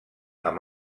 amb